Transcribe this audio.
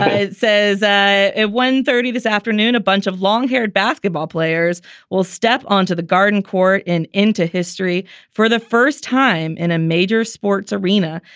it says ah at one thirty this afternoon, a bunch of long haired basketball players will step onto the garden court and into history for the first time in a major sports arena.